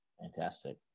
Fantastic